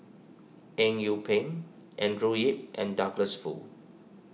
Eng Yee Peng Andrew Yip and Douglas Foo